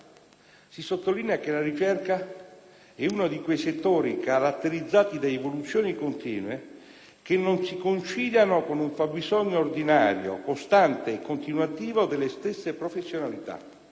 si sottolinea che la ricerca è uno di quei settori caratterizzati da evoluzioni continue che non si conciliano con un fabbisogno ordinario, costante e continuativo, delle stesse professionalità.